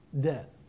debt